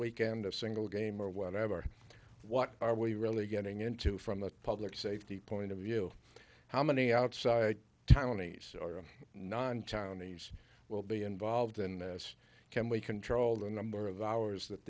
weekend a single game or whatever what are we really getting into from a public safety point of view how many outside taiwanese non chinese will be involved in this can we control the number of hours that